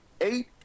eight